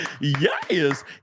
yes